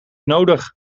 nodig